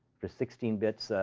for sixteen bits,